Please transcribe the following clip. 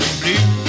blue